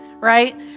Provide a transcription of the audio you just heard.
Right